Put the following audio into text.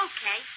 Okay